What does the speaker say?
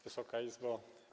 Wysoka Izbo!